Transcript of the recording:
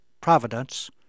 providence